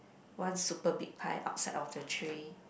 one super big pie outside of the tray